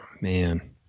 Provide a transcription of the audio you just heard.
man